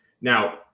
Now